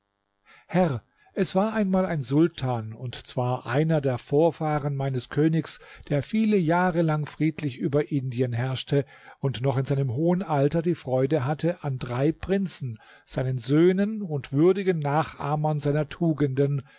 herr es war einmal ein sultan und zwar einer der vorfahren meines königs der viele jahre lang friedlich über indien herrschte und noch in seinem hohen alter die freude hatte an drei prinzen seinen söhnen und würdigen nachahmern seiner tugenden